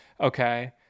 okay